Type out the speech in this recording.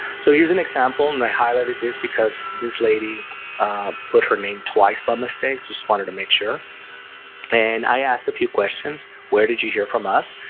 so here's an example and i highlighted this because this lady put her name twice, but mistakes. just wanted to make sure and i asked a few questions. where did you hear from us?